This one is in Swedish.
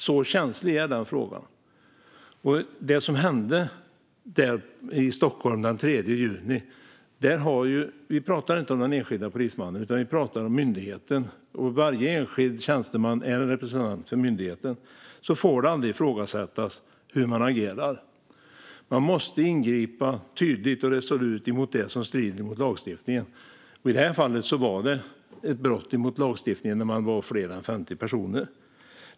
Så känslig är den frågan. När det gäller det som hände i Stockholm den 3 juni pratar vi inte om den enskilda polismannen, utan vi pratar om myndigheten. Varje enskild tjänsteman är en representant för myndigheten, och det får aldrig ifrågasättas hur man agerar. Man måste ingripa tydligt och resolut mot det som strider mot lagstiftningen, och i det här fallet var det ett brott mot lagstiftningen när fler än 50 personer samlades.